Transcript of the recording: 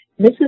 Mrs